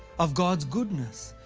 of god's goodness,